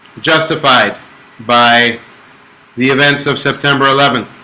justified by the events of september eleventh,